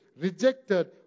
Rejected